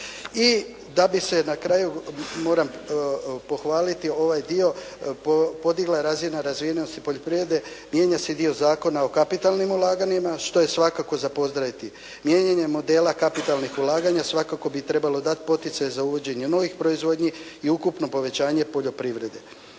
I da bi se na kraju moram pohvaliti ovaj dio podigla razina razvijenosti poljoprivrede mijenja se i dio zakona o kapitalnim ulaganjima što je svakako za pozdraviti. Mijenjanje modela kapitalnih ulaganja svakako bi trebalo dati poticaj za uvođenje novih proizvodnji i ukupno povećanje poljoprivrede.